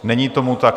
Není tomu tak.